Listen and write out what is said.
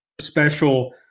Special